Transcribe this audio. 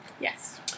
Yes